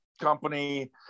company